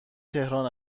تهران